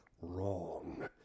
Wrong